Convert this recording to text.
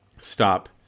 stop